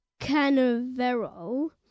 Canaveral